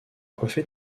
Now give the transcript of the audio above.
coiffé